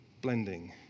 blending